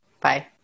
Bye